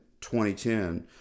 2010